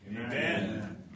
Amen